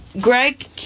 Greg